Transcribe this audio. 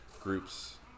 groups